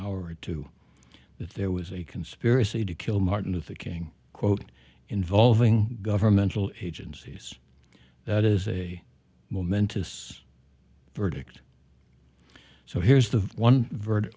hour or two that there was a conspiracy to kill martin luther king quote involving governmental agencies that is a momentous verdict so here's the one ver